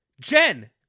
Jen